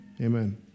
Amen